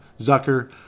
Zucker